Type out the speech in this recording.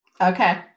Okay